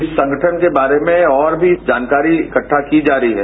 इस संगठन के बार्रे में और भी जानकारी इख्हा की जा रही हैं